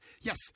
yes